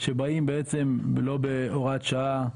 שבאים בעצם לא בהוראת שעה,